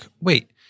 wait